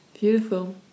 Beautiful